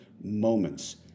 moments